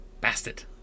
Bastard